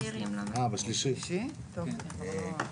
ולצערי יצא לי גם ללמוד וגם ללמד שם בהר הצופים,